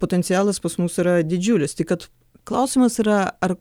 potencialas pas mus yra didžiulis tik kad klausimas yra ar